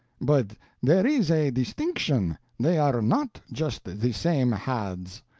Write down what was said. but there is a distinction they are not just the the same hads.